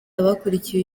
abakurikiye